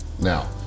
Now